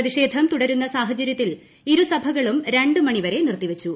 പ്രതിഷേധം തുടരുന്ന സാഹചര്യത്തിൽ ഇരുസഭകളും രണ്ട് മണി വരെ നിർത്തി വച്ചു